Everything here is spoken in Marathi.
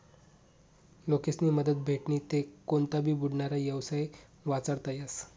लोकेस्नी मदत भेटनी ते कोनता भी बुडनारा येवसाय वाचडता येस